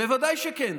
בוודאי שכן.